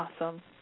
Awesome